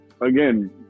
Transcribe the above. again